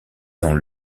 dans